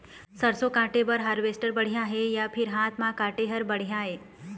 सरसों काटे बर हारवेस्टर बढ़िया हे या फिर हाथ म काटे हर बढ़िया ये?